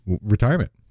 retirement